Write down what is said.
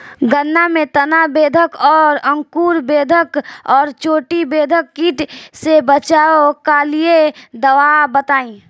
गन्ना में तना बेधक और अंकुर बेधक और चोटी बेधक कीट से बचाव कालिए दवा बताई?